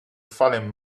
fallen